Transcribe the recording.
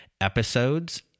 episodes